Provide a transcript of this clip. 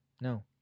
no